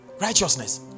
righteousness